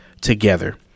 together